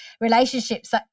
relationships